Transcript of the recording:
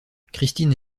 christine